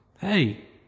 hey